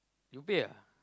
you pay ah